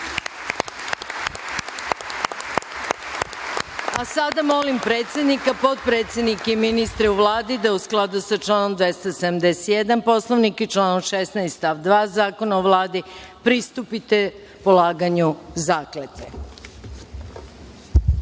goste. Sada molim predsednika, potpredsednike i ministre u Vladi da, u skladu sa članom 271. Poslovnika i članom 16. stav 2. Zakona o Vladi, pristupe polaganju